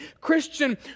Christian